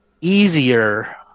easier